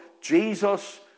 Jesus